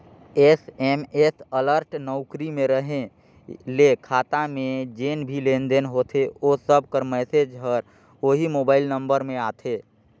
SMS alert नउकरी में रहें ले खाता में जेन भी लेन देन होथे ओ सब कर मैसेज हर ओही मोबाइल नंबर में आथे